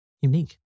unique